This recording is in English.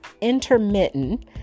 intermittent